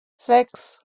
sechs